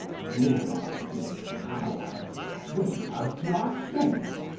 villains, cowards, traitors to our state!